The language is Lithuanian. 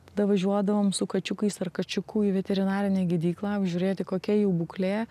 tada važiuodavom su kačiukais ar kačiuku į veterinarinę gydyklą apžiūrėti kokia jų būklė